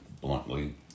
bluntly